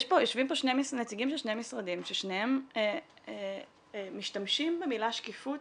יושבים פה נציגים של שני משרדים ששניהם משתמשים במילה שקיפות